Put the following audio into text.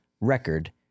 record